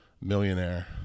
millionaire